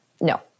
No